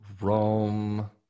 Rome